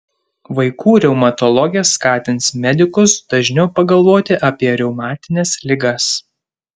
vaikų reumatologė skatins medikus dažniau pagalvoti apie reumatines ligas